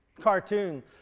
cartoon